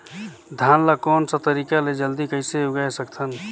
धान ला कोन सा तरीका ले जल्दी कइसे उगाय सकथन?